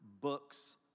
books